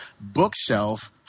bookshelf